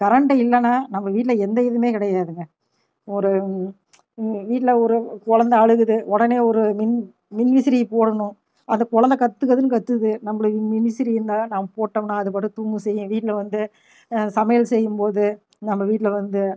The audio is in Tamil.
கரண்டு இல்லனா நம்ம வீட்டில் எந்த இதுவுமே கிடையாதுங்க ஒரு வீட்டில் ஒரு கு குழந்தை அழுகுது உடனே ஒரு மின் மின்விசிறி போடணும் அந்த குழந்தை கத்து கத்துன்னு கத்துது நம்மளை மின்விசிறி இருந்தா நாம போட்டம்ன்னா அதுபாட்டுக்கு தூங்கும் செய்யும் வீட்டில் வந்து சமையல் செய்யும்போது நம்ம வீட்டில் வந்து